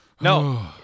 No